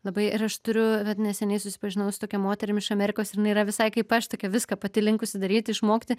labai ir aš turiu vat neseniai susipažinau su tokia moterim iš amerikos ir jinai yra visai kaip aš tokia viską pati linkusi daryti išmokti